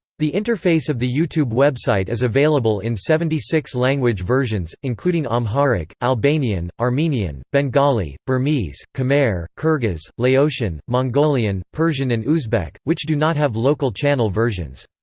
the interface of the youtube website is available in seventy six language versions, including amharic, albanian, armenian, bengali, burmese, khmer, kyrgyz, laotian, mongolian, persian and uzbek, which do not have local channel versions.